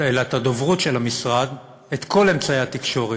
אלא את הדוברות של המשרד, את כל אמצעי התקשורת.